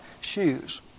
shoes